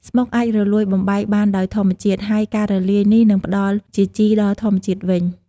ស្មុកអាចរលួយបំបែកបានដោយធម្មជាតិ ហើយការរលាយនេះនឹងផ្តល់ជាជីដល់ធម្មជាតិវិញ។